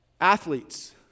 Athletes